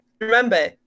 Remember